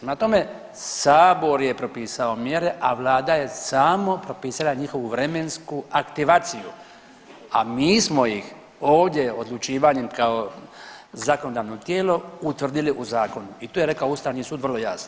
Prema tome, sabor je propisao mjere, a vlada je samo propisala njihovu vremensku aktivaciju, a mi smo ih ovdje odlučivanjem kao zakonodavno tijelo utvrdili u zakonu i tu je rekao ustavni sud vrlo jasno.